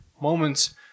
moments